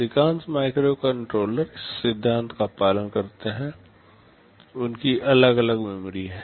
अधिकांश माइक्रोकंट्रोलर इस सिद्धांत का पालन करते हैं उनकी अलग अलग मेमोरी हैं